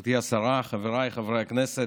גברתי השרה, חבריי חברי הכנסת,